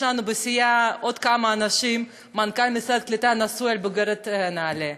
יש לנו בסיעה עוד כמה אנשים: מנכ"ל משרד הקליטה נשוי לבוגרת נעל"ה,